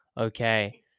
okay